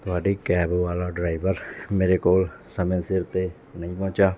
ਤੁਹਾਡੀ ਕੈਬ ਵਾਲਾ ਡਰਾਈਵਰ ਮੇਰੇ ਕੋਲ ਸਮੇਂ ਸਿਰ 'ਤੇ ਨਹੀਂ ਪਹੁੰਚਿਆ